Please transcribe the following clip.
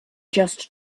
just